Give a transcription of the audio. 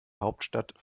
hauptstadt